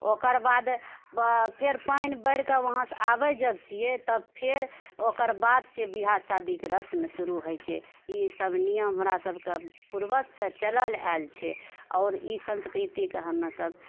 ओकर बाद फेर पानि भरिके वहाँसँ आबै जब छिऐ तब फेर ओकर बादसँ बिआह शादीके रस्म शुरु होइ छै ई सभ नियम हमरा सभके पुर्वजसँ चलल आएल छै आओर ई सन्स्कृतिके हम सभ